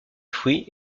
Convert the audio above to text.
fruits